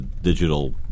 digital